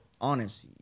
honest